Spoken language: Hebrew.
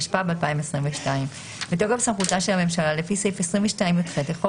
התשפ"ב-2022 בתוקף סמכותה של הממשלה לפי סעיף 22יח לחוק